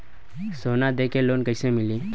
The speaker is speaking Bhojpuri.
सोना दे के लोन कैसे मिली?